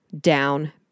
down